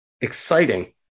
exciting